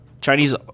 Chinese